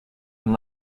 and